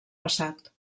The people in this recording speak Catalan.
passat